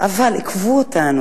אבל עיכבו אותנו,